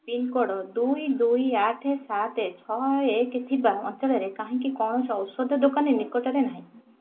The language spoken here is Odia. ପିନ୍କୋଡ଼୍ ଦୁଇ ଦୁଇ ଆଠ ସାତ ଛଅ ଏକ ଥିବା ଅଞ୍ଚଳରେ କାହିଁକି କୌଣସି ଔଷଧ ଦୋକାନ ନିକଟରେ ନାହିଁ